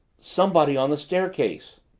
somebody on the staircase.